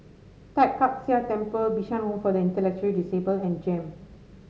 Tai Kak Seah Temple Bishan Home for the Intellectually Disabled and JEM